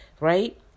right